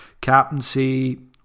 captaincy